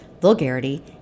vulgarity